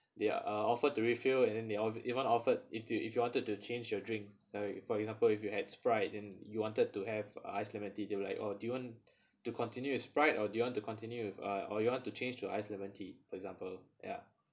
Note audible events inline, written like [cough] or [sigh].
they're uh offered to refill and then they off~ even offered if you if you wanted to change your drink like for example if you had sprite and you wanted to have iced lemon tea they will like oh do you want [breath] to continue with Sprite or do you want to continue with uh or you want to change to ice lemon tea for example ya